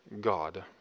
God